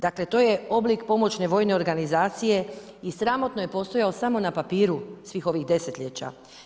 Dakle to je oblik pomoćne vojne organizacije i sramotno je postojao samo na papiru svih ovih desetljeća.